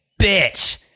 bitch